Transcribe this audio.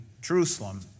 Jerusalem